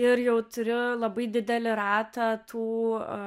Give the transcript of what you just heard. ir jau turiu labai didelį ratą tų